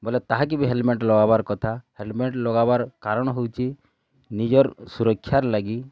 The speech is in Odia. ବୋଲେ ତାହାକି ବି ହେଲମେଟ୍ ଲଗାବାର୍ କଥା ଲଗାବାର୍ କାରଣ ହଉଚି ନିଜର୍ ସୁରକ୍ଷାର୍ ଲାଗି